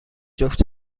جفت